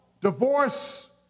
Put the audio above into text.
divorce